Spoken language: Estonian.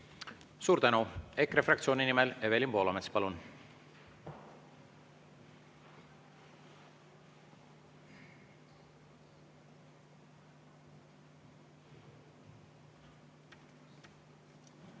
Suur tänu! EKRE fraktsiooni nimel Evelin Poolamets, palun!